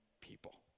people